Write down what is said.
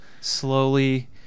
slowly